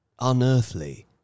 unearthly